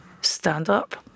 stand-up